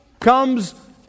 comes